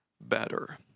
better